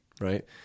right